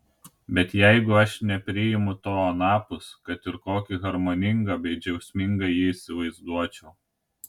bet jeigu aš nepriimu to anapus kad ir kokį harmoningą bei džiaugsmingą jį įsivaizduočiau